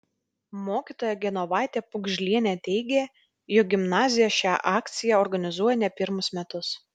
mokytoja genovaitė pugžlienė teigė jog gimnazija šią akciją organizuoja ne pirmus metus